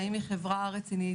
האם היא חברה רצינית,